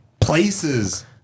places